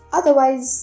otherwise